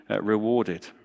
rewarded